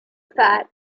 fat